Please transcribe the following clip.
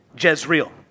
Jezreel